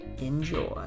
Enjoy